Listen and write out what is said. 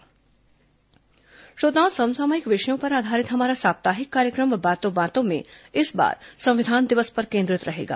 बातों बातों में श्रोताओं समसामयिक विषयों पर आधारित हमारा साप्ताहिक कार्यक्रम बातों बातों में इस बार संविधान दिवस पर केंद्रित रहेगा